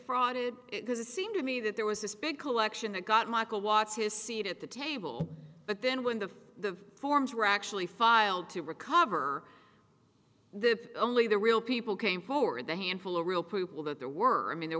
frauded because it seemed to me that there was this big collection that got michael watts his seat at the table but then when the the forms were actually filed to recover the only the real people came forward the handful of real people that there were a mean there